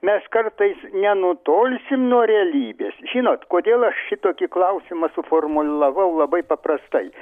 mes kartais nenutolsim nuo realybės žinot kodėl aš šitokį klausimą suformulavau labai paprastai